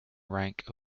rank